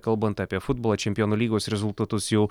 kalbant apie futbolo čempionų lygos rezultatus jau